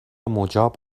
مجاب